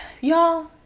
y'all